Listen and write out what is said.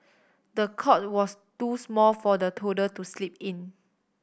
the cot was too small for the toddler to sleep in